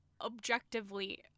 objectively